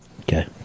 Okay